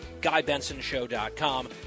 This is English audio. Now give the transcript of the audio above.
GuyBensonShow.com